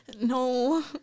No